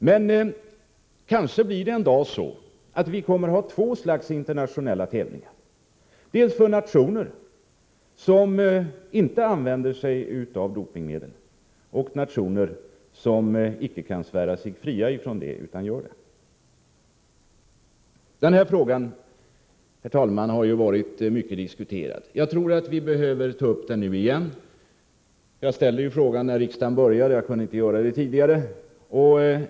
Men kanske blir det en dag så att vi kommer att ha två slags internationella tävlingar — dels för nationer som inte använder sig av dopingmedel, dels för nationer som inte kan svära sig fria från det. Herr talman! Den här frågan har varit mycket diskuterad. Jag tror att vi behöver ta upp den nu igen. Jag ställde alltså frågan när riksdagen började. Jag kunde inte göra det tidigare.